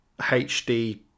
HD